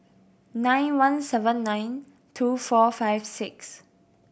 nine one seven nine two four five six